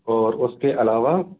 और उसके अलावा